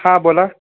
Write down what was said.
हां बोला